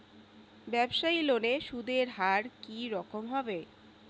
ব্যবসায়ী লোনে সুদের হার কি রকম হবে?